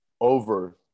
over